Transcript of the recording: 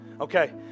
okay